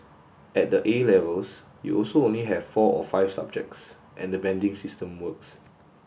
at the A Levels you also only have four or five subjects and the banding system works